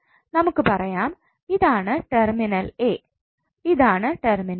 നമുക്ക് പറയാം ഇതാണ് ടെർമിനൽ a ഇതാണ് ടെർമിനൽ b